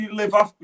levar